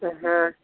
হ্যাঁ